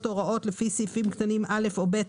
או הוראות לפי סעיפים קטנים (א) או (ב),